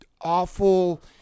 awful